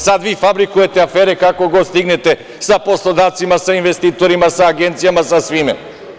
Sad vi fabrikujete afere kako kog stignete sa poslodavcima, sa investitorima, sa agencijama, sa svime.